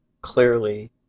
clearly